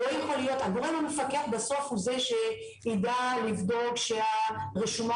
הגורם המפקח בסוף הוא זה שיידע לבדוק שהרשומה